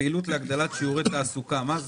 פעילות להגדלת שיעורי תעסוקה - מה זה?